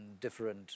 different